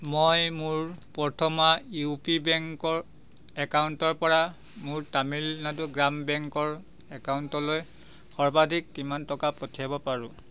মই মোৰ Prathama U P বেংকৰ একাউণ্টৰপৰা মোৰ তামিলনাডু গ্ৰাম বেংকৰ একাউণ্টলৈ সৰ্বাধিক কিমান টকা পঠিয়াব পাৰোঁ